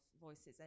voices